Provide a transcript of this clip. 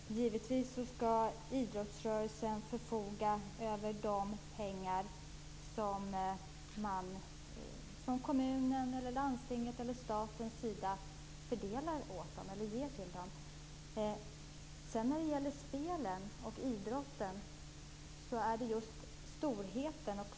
Fru talman! Givetvis skall idrottsrörelsen förfoga över de pengar som fördelats från kommunen, landstinget eller staten. Det är just storskaligheten i spelen och idrotten som jag vänder mig mot.